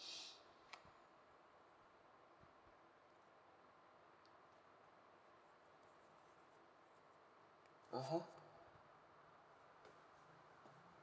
(uh huh)